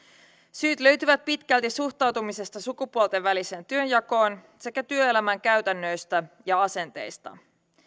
syyt löytyvät pitkälti suhtautumisesta sukupuolten väliseen työnjakoon sekä työelämän käytännöistä ja asenteista